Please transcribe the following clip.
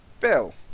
Bill